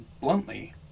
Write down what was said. bluntly